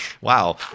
Wow